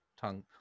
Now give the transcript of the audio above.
tongue